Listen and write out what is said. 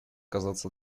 казаться